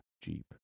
Jeep